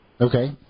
Okay